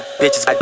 bitches